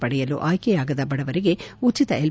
ಪಡೆಯಲು ಆಯ್ಕೆಯಾಗದ ಬಡವರಿಗೆ ಉಚಿತ ಎಲ್